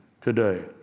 today